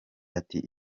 ati